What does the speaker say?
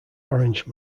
orange